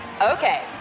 Okay